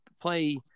play